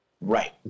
Right